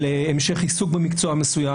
על המשך עיסוק במקצוע מסוים.